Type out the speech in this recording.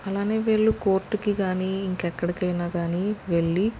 అలాగే వీళ్ళు కోర్టుకి కానీ ఇంక ఎక్కడికైనా కానీ వెళ్ళి